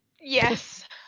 Yes